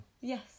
Yes